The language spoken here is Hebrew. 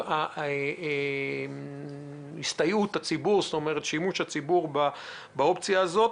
מבחינת שימוש הציבור באופציה הזאת,